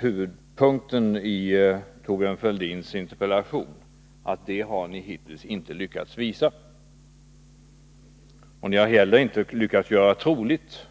Huvudpunkten i Thorbjörn Fälldins interpellation är naturligtvis att ni hittills inte har lyckats visa det. Och ni har inte heller lyckats göra troligt